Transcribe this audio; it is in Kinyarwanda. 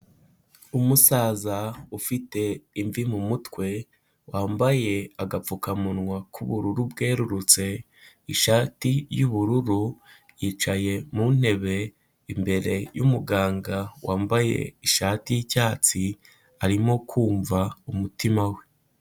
Umusaza ufite imvi mu mutwe wambaye agapfukamunwa k'ubururu bwerurutse, ishati y'ubururu yicaye mu ntebe imbere y'umuganga wambaye ishati y'icyatsi arimo kumva umutima we.